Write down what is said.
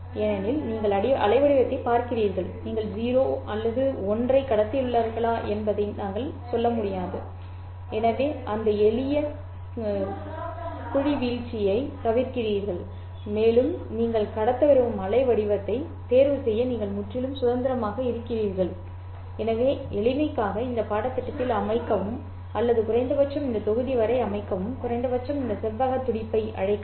ஏனெனில் நீங்கள் அலைவடிவத்தைப் பார்க்கிறீர்கள் நீங்கள் 0 அல்லது 1 ஐ கடத்தியுள்ளீர்களா என்பதை நீங்கள் சொல்ல முடியாது எனவே அந்த எளிய குழி வீழ்ச்சியைத் தவிர்க்கிறீர்கள் மேலும் நீங்கள் கடத்த விரும்பும் அலைவடிவத்தை தேர்வு செய்ய நீங்கள் முற்றிலும் சுதந்திரமாக இருக்கிறீர்கள் எனவே எளிமைக்காக இந்த பாடத்திட்டத்தில் அமைக்கவும் அல்லது குறைந்தபட்சம் இந்த தொகுதி வரை அமைக்கவும் குறைந்தபட்சம் இந்த செவ்வக துடிப்பை அழைக்கவும்